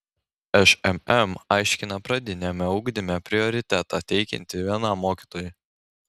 šmm aiškina pradiniame ugdyme prioritetą teikianti vienam mokytojui